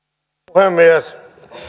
puhemies